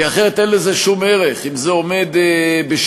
כי אחרת אין לזה שום ערך, אם זה עומד בשיממונו.